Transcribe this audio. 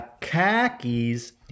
khakis